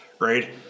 right